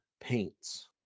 paints